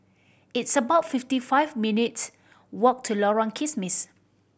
it's about fifty five minutes' walk to Lorong Kismis